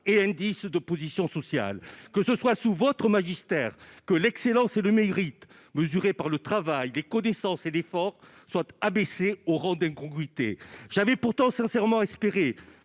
Je n'aurais jamais cru que ce serait sous votre magistère que l'excellence et le mérite, mesurés par le travail, les connaissances et l'effort, seraient abaissés au rang d'incongruité ! J'avais pourtant sincèrement espéré